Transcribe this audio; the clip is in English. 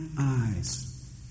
eyes